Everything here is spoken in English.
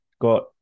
got